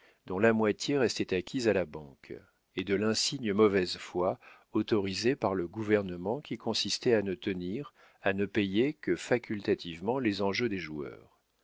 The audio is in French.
dont la moitié restait acquise à la banque et de l'insigne mauvaise foi autorisée par le gouvernement qui consistait à ne tenir à ne payer que facultativement les enjeux des joueurs